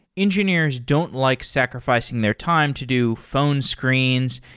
engineers don't like sacrificing their time to do phone screens,